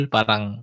Parang